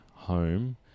home